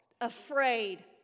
afraid